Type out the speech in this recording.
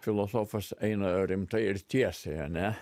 filosofas eina rimtai ir tiesai ane